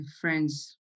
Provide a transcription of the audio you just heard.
friends